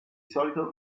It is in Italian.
solito